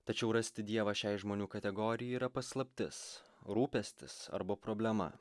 tačiau rasti dievą šiai žmonių kategorija yra paslaptis rūpestis arba problema